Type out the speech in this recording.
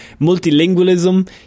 Multilingualism